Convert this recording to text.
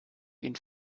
ihn